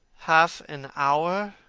half an hour!